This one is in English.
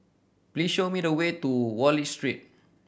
please show me the way to Wallich Street